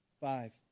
Five